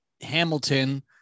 Hamilton